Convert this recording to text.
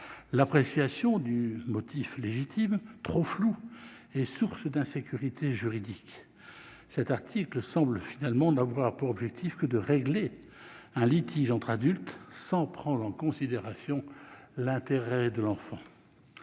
l'appréciation du « motif légitime », trop floue, est source d'insécurité juridique. Cet article semble finalement n'avoir pour objectif que de régler un litige entre adultes, sans prendre en considération l'intérêt de l'enfant.